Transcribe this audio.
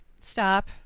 stop